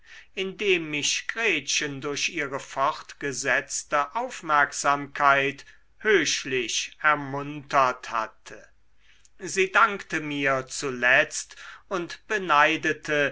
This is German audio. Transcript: indem mich gretchen durch ihre fortgesetzte aufmerksamkeit höchlich ermuntert hatte sie dankte mir zuletzt und beneidete